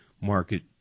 market